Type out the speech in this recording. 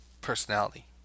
Personality